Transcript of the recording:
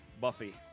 Buffy